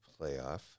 playoff